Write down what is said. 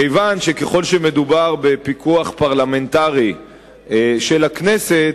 כיוון שככל שמדובר בפיקוח פרלמנטרי של הכנסת,